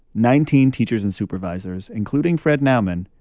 nineteen teachers and supervisors, including fred nauman,